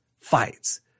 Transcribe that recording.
fights